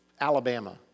Alabama